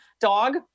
dog